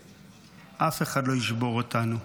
שאף אחד לא ישבור אותנו.